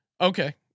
Okay